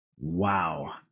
Wow